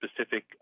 specific